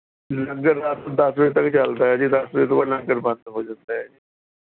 ਲੰਗਰ ਰਾਤ ਨੂੰ ਦਸ ਵਜੇ ਤੱਕ ਚੱਲਦਾ ਹੈ ਜੀ ਦਸ ਵਜੇ ਤੋਂ ਬਾਅਦ ਲੰਗਰ ਬੰਦ ਹੋ ਜਾਂਦਾ ਹੈ ਜੀ